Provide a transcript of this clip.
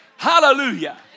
Hallelujah